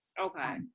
okay